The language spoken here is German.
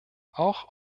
auch